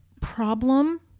problem